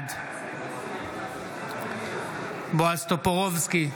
בעד בועז טופורובסקי,